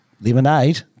lemonade